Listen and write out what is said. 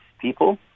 people